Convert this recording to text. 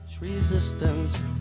resistance